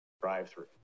drive-through